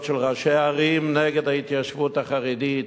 של ראשי ערים נגד ההתיישבות החרדית,